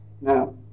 Now